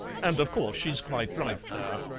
and of course she's quite right there.